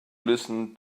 listen